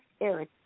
Eric